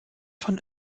von